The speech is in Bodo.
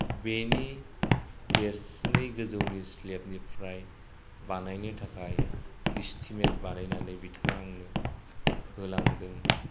बेनि देरसिनै गोजौनि स्लेबनिफ्राय बानायनो थाखाय इस्टिमेट बानायनानै बिथाङा आंनो होलांदों